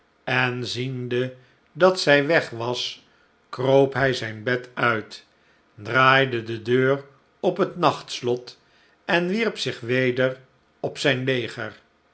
en ziende dat zij weg was kroop hij zijn bed uit draaide de deur op het nachtslot en wierp zich weder op zijn leger